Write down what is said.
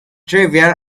trivial